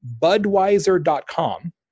Budweiser.com